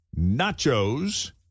nachos